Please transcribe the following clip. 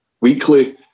weekly